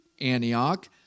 Antioch